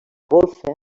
golfa